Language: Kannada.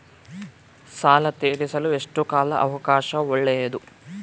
ಸಾಲ ತೇರಿಸಲು ಎಷ್ಟು ಕಾಲ ಅವಕಾಶ ಒಳ್ಳೆಯದು?